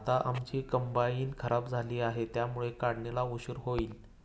आता आमची कंबाइन खराब झाली आहे, त्यामुळे काढणीला उशीर होईल